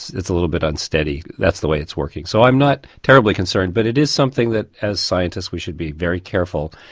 it's a little bit unsteady, that's the way it's working. so i'm not terribly concerned but it is something that as scientists we should be very careful,